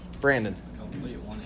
Brandon